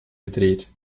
gedreht